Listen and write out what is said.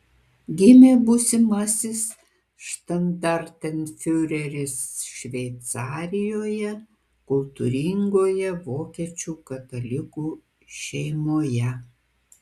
gimė būsimasis štandartenfiureris šveicarijoje kultūringoje vokiečių katalikų šeimoje